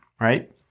right